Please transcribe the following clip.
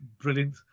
brilliant